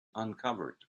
uncovered